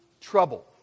trouble